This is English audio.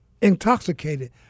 intoxicated